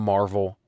Marvel